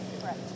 Correct